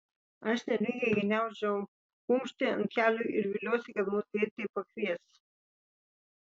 aš nervingai gniaužau kumštį ant kelių ir viliuosi kad mus greitai pakvies